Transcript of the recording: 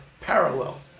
parallel